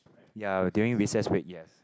ya during recess break yes